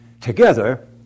Together